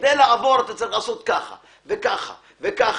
כדי לעבור אתה צריך לעשות ככה וככה וככה,